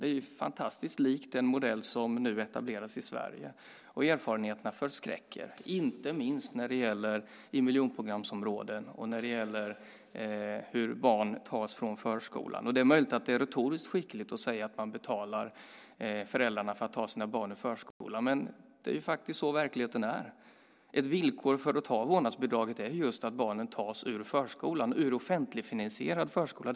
Det är mycket likt den modell som nu etableras i Sverige, och erfarenheterna förskräcker, inte minst när det gäller miljonprogramsområden och hur barn tas från förskolan. Det är möjligt att det är retoriskt skickligt att säga att man betalar föräldrarna för att de ska ta sina barn ur förskolan, men det är faktiskt så verkligheten är. Ett villkor för att man ska få vårdnadsbidrag är just att barnet tas ur offentligfinansierad förskola.